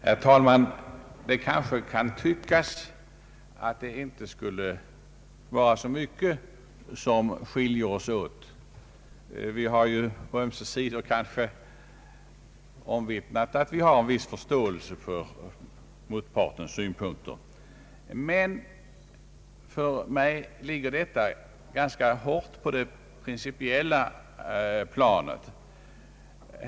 Herr talman! Det kanske kan tyckas att inte så mycket skiljer oss åt — vi har ju på ömse sidor omvittnat att vi har en viss förståelse för motpartens synpunkter. Men för mig ligger denna fråga främst på det principiella planet.